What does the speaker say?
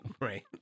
Right